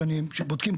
כשבודקים,